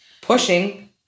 pushing